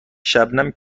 شبنم